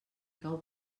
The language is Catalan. cau